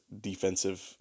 defensive